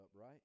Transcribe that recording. right